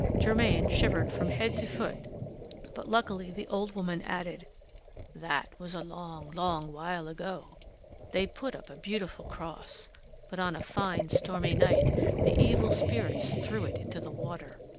germain shivered from head to foot but luckily the old woman added that was a long, long while ago they put up a beautiful cross but on a fine stormy night the evil spirits threw it into the water.